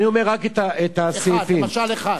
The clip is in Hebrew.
אני אומר רק את הסעיפים, "למשל" אחד.